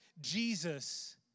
Jesus